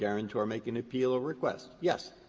guarantor make an appeal or request? yes.